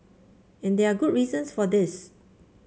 and there are good reasons for this